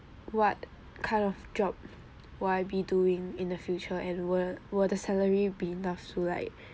what kind of job will I be doing in the future and will will the salary be enough to like